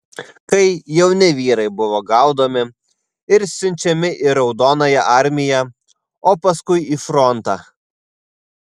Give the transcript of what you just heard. kai jauni vyrai buvo gaudomi ir siunčiami į raudonąją armiją o paskui į frontą